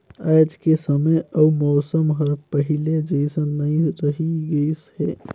आयज के समे अउ मउसम हर पहिले जइसन नइ रही गइस हे